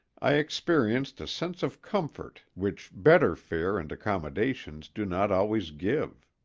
i experienced a sense of comfort which better fare and accommodations do not always give.